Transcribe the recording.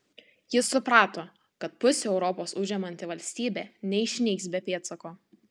jis suprato kad pusę europos užimanti valstybė neišnyks be pėdsako